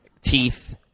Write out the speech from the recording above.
teeth